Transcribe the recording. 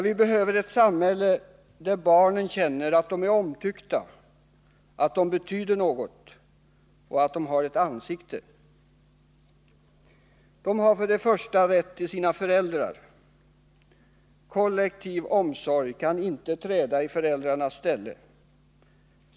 Vi behöver ett samhälle där barnen känner att de är omtyckta, att de betyder något, att de har ett ansikte. De har först och främst rätt till sina föräldrar. Kollektiv omsorg kan inte träda i föräldrarnas ställe.